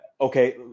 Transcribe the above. okay